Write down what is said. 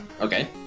Okay